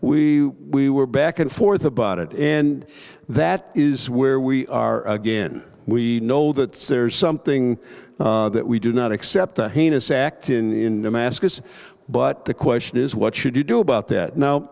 we we were back and forth about it and that is where we are again we know that there's something that we do not accept a heinous act in a mask but the question is what should you do about that now